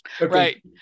Right